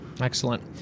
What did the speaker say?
excellent